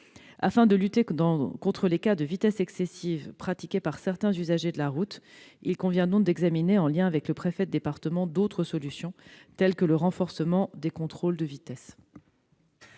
Afin de lutter contre les cas de vitesse excessive pratiquée par certains usagers de la route, il convient d'examiner, en liaison avec le préfet de département, d'autres solutions, tel le renforcement des contrôles de vitesse.